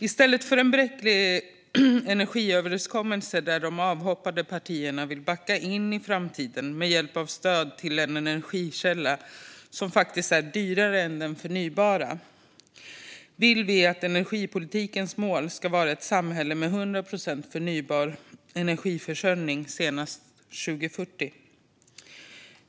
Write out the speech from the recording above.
I stället för en bräcklig energiöverenskommelse, där de avhoppade partierna vill backa in i framtiden med hjälp av stöd till en energikälla som faktiskt är dyrare än de förnybara, vill vi att energipolitikens mål ska vara ett samhälle med 100 procent förnybar energiförsörjning senast 2040.